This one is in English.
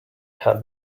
had